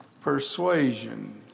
persuasion